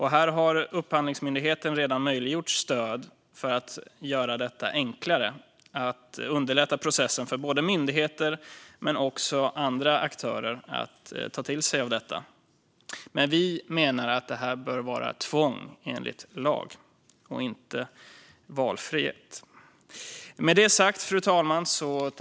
Upphandlingsmyndigheten har redan möjliggjort stöd för att göra detta enklare och för att underlätta för både myndigheter och andra aktörer att ta till sig av detta. Vi menar att det här bör vara tvång enligt lag och inte valfritt.